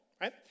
right